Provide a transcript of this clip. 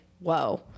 whoa